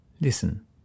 listen